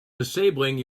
disabling